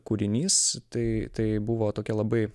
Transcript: kūrinys tai tai buvo tokia labai